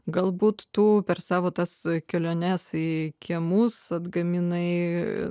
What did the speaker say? galbūt tu per savo tas keliones į kiemus atgaminai